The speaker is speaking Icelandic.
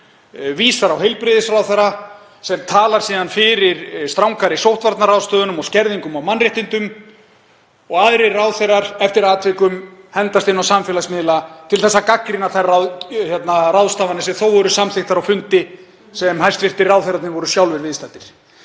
vísar á heilbrigðisráðherra sem talar síðan fyrir strangari sóttvarnaráðstöfunum og skerðingu á mannréttindum og aðrir ráðherrar eftir atvikum hendast inn á samfélagsmiðla til þess að gagnrýna þær ráðstafanir sem þó voru samþykktar á fundi þar sem hæstv. ráðherrarnir voru sjálfir viðstaddir.